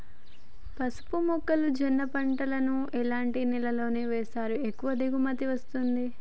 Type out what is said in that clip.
పసుపు మొక్క జొన్న పంటలను ఎలాంటి నేలలో వేస్తే ఎక్కువ దిగుమతి వస్తుంది?